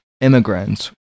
immigrants